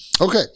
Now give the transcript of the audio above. Okay